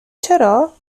چرا